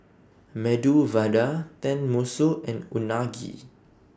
Medu Vada Tenmusu and Unagi